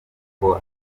nk’uko